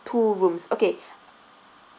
two rooms okay